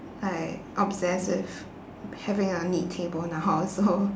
like obsessed with having a neat table now so